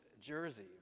jersey